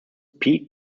pete